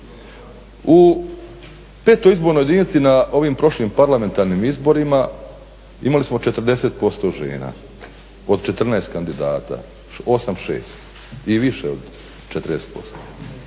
U 5.izbornoj jedinici na ovim prošlim parlamentarnim izborima imali smo 40% žena od 14 kandidata 8:6 više od 40%.